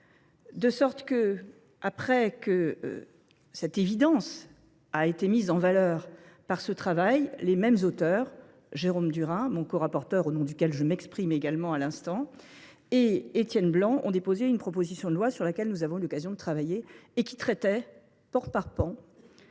De sorte que, après que cette évidence a été mise en valeur par ce travail, les mêmes auteurs, Jérôme Durin, mon co-rapporteur au nom duquel je m'exprime également à l'instant, et Étienne Blanc, ont déposé une proposition de loi sur laquelle nous avons eu l'occasion de travailler et qui traitait, port par pan,